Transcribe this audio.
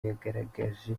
yagaragaje